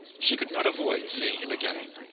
she could not avoid seeing him again,